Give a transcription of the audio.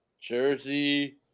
jersey